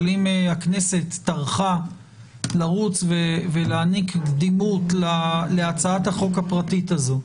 אבל אם הכנסת טרחה לרוץ ולהעניק קדימות להצעת החוק הפרטית הזו,